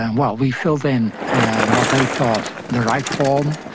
and well, we filled in what they thought the right form,